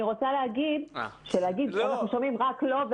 אני רוצה להגיד ששומעים רק לא,